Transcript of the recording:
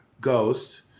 ghost